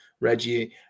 Reggie